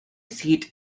seat